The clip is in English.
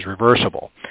reversible